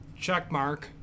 checkmark